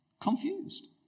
Confused